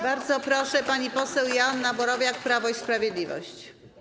Bardzo proszę, pani poseł Joanna Borowiak, Prawo i Sprawiedliwość.